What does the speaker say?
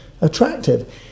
attractive